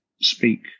speak